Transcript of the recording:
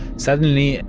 suddenly,